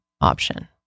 option